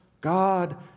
God